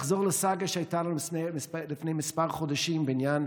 לחזור לסאגה שהייתה לנו לפני כמה חודשים בעניין